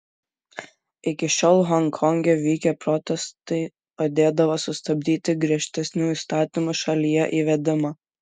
iki šiol honkonge vykę protestai padėdavo sustabdyti griežtesnių įstatymų šalyje įvedimą